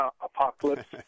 apocalypse